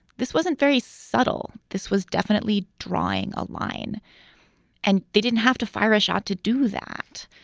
this wasn't very subtle. this was definitely drawing a line and they didn't have to fire a shot to do that